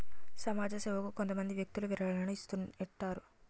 సమాజ సేవకు కొంతమంది వ్యక్తులు విరాళాలను ఇస్తుంటారు